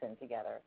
together